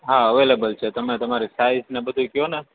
હા અવેલેબલ છે તમે તમારી સાઇજ ને બધુંય કહો ને